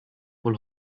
wohl